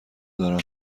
دارم